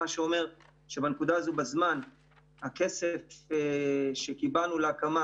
מה שאומר שבנקודת הזמן הזאת הכסף שקיבלנו להקמה